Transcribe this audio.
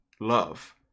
love